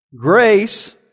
Grace